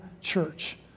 church